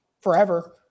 forever